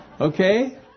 Okay